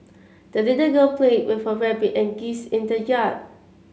the little girl played with her rabbit and geese in the yard